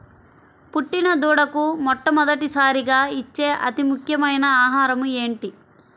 పుట్టిన దూడకు మొట్టమొదటిసారిగా ఇచ్చే అతి ముఖ్యమైన ఆహారము ఏంటి?